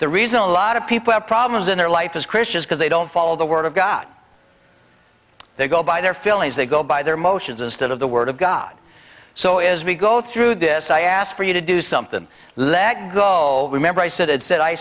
the reason a lot of people have problems in their life is christians because they don't follow the word of god they go by their feelings they go by their motions instead of the word of god so as we go through this i ask for you to do something so that goal remember i said it said i